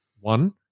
one